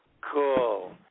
cool